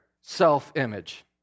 self-image